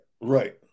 Right